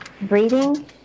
Breathing